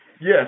Yes